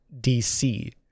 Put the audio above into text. DC